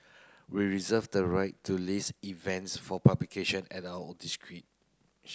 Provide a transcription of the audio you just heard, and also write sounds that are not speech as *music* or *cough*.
we reserve the right to list events for publication at our *unintelligible*